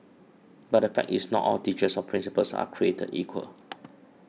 but the fact is not all teachers or principals are created equal